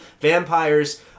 vampires